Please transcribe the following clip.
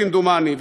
כמדומני,